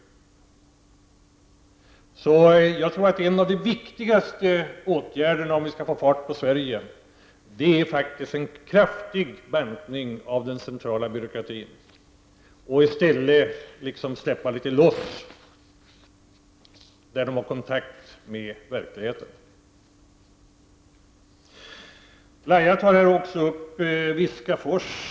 Jag tror att en av de viktigaste åtgärderna för att vi skall få fart på Sverige faktiskt är en kraftig bantning av den centrala byråkratin för att man i stället skall kunna satsa mer på dem som har kontakt med verkligheten. Lahja Exner tog även upp frågan om Viskafors.